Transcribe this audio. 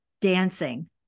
dancing